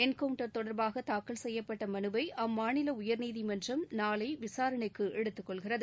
encounter தொடர்பாக தாக்கல் செய்யப்பட்ட மனுவை அம்மாநில உயர்நீதிமன்றம் நாளை விசாரணைக்கு எடுத்துக்கொள்கிறது